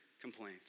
complaint